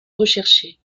recherchée